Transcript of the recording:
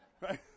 Right